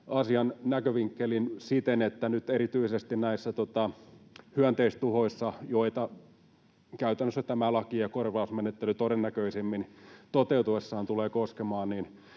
asian näkövinkkelin siten, että nyt erityisesti näissä hyönteistuhoissa, joita käytännössä tämä laki ja korvausmenettely todennäköisimmin toteutuessaan tulevat koskemaan,